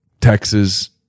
Texas